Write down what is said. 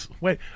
Wait